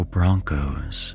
Broncos